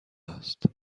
است